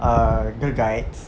ah girl guides